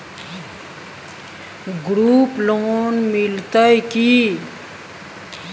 Group loan मिलतै की?